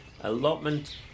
allotment